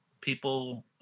people